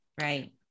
Right